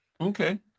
Okay